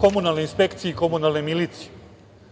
komunalne inspekcije i komunalne milicije.